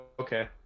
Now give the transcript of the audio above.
okay